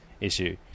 issue